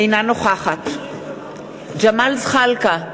אינה נוכחת ג'מאל זחאלקה,